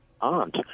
aunt